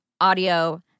audio